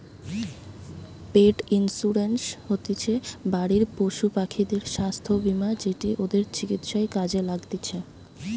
পেট insurance হতিছে বাড়ির পশুপাখিদের স্বাস্থ্য বীমা যেটি ওদের চিকিৎসায় কাজে লাগতিছে